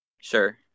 Sure